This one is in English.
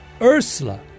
Ursula